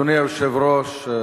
אדוני היושב-ראש,